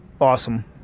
awesome